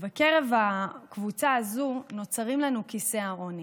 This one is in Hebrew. ובקרב הקבוצה הזו נוצרים לנו כיסי העוני.